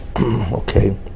okay